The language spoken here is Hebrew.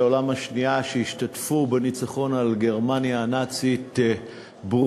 שהשתתפו בניצחון על גרמניה הנאצית במלחמת העולם השנייה.